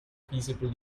feasible